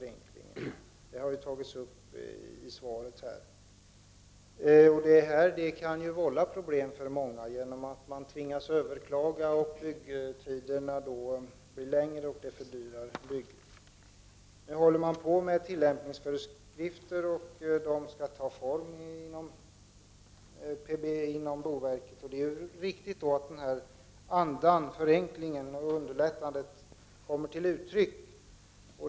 Det har tagits upp i svaret. Detta kan vålla problem för många genom att de tvingas överklaga, byggtiderna blir längre och det fördyrar bygget. Nu håller man på med tillämpningsföreskrifter. De skall ta form inom boverket. Det är viktigt att andan av förenkling och underlättande kommer till uttryck.